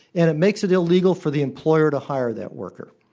and it makes it illegal for the employer to hire that worker.